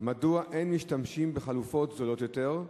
מדוע אין משתמשים בחלופות זולות יותר,